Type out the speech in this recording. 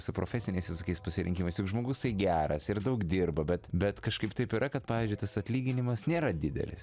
su profesiniais visokiais pasirinkimas juk žmogus tai geras ir daug dirba bet bet kažkaip taip yra kad pavyzdžiui tas atlyginimas nėra didelis